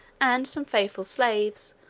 and some faithful slaves,